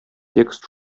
текст